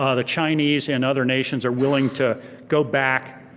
ah the chinese and other nations are willing to go back,